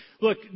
look